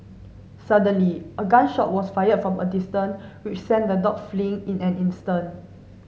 suddenly a gun shot was fired from a distance which sent the dog fleeing in an instant